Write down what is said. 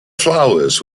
flowers